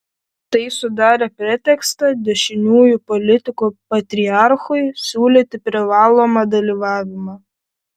tai sudarė pretekstą dešiniųjų politikų patriarchui siūlyti privalomą dalyvavimą